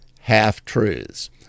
half-truths